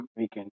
weekend